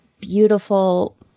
beautiful